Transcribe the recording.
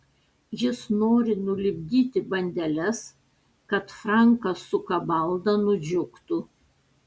jis nori nulipdyti bandeles kad frankas su kabalda nudžiugtų